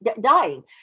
dying